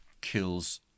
kills